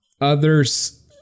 Others